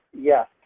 yes